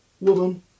Woman